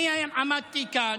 אני עמדתי כאן.